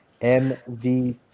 MVP